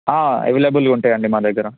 అవైలబుల్గా ఉంటాయండి మా దగ్గర